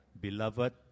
beloved